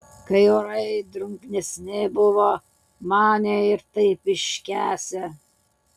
kai orai drungnesni buvo manė ir taip iškęsią